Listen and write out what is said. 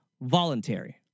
voluntary